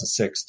2006